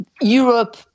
Europe